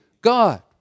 god